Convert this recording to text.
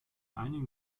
einigen